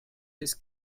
his